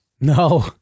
No